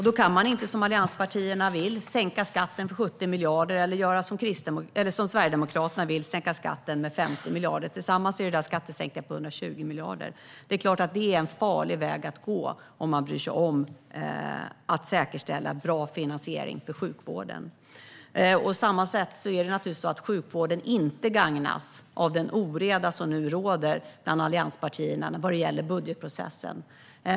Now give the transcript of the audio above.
Då kan man inte, som allianspartierna vill, sänka skatten med 70 miljarder, och då kan man inte, som Sverigedemokraterna vill, sänka skatten med 50 miljarder. Tillsammans är detta skattesänkningar på 120 miljarder. Det är klart att det är en farlig väg att gå om man bryr sig om att säkerställa bra finansiering för sjukvården. Sjukvården gagnas naturligtvis inte heller av den oreda som nu råder bland allianspartierna vad gäller budgetprocessen.